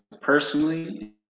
personally